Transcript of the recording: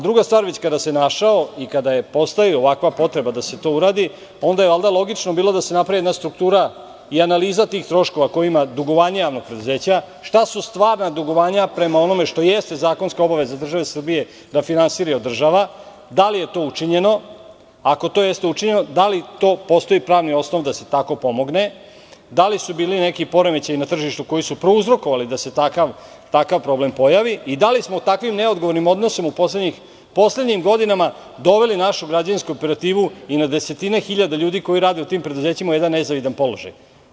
Druga stvar, kada se već našao i kada je postojala ovakva potreba da se to uradi, onda je logično bilo da se napravi jedna struktura i analiza tih troškova, dugovanja javnih preduzeća, šta su stvarna dugovanja prema onome što jeste zakonska obaveza države Srbije da finansira i održava, da li je to učinjeno, a ako jeste, da li postoji pravni osnov, da se pomogne, da li su bili neki poremećaji na tržištu koji su prouzrokovali da se takav problem pojavi i da li smo takvim neodgovornim odnosom u poslednjim godinama doveli našu građevinsku operativu i na desetine hiljada ljudi koji rade u tim preduzećima u jedan nezavidan položaj.